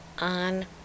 on